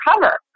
cover